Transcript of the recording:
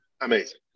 amazing